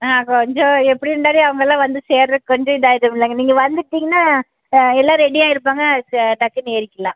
ஆ கொஞ்சம் எப்படி இருந்தாலும் அவங்களெலாம் வந்து சேர்றதுக்கு கொஞ்சம் இதாகிடுமில்லங்க நீங்கள் வந்துட்டிங்கனால் எல்லாம் ரெடி ஆகிருப்பாங்க டக்குனு ஏறிக்கலாம்